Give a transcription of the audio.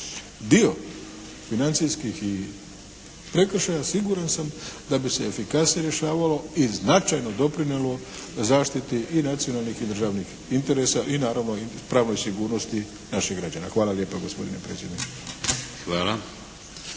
dio financijskih i prekršajnih, siguran sam da bi se efikasnije rješavalo i značajno doprinijelo zaštiti i nacionalnih i državnih interesa i naravno i pravnoj sigurnosti naših građana. Hvala lijepa gospodine predsjedniče.